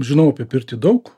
žinau apie pirtį daug